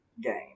game